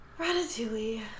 Ratatouille